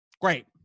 great